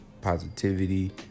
positivity